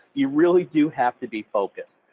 you really do have to be focused.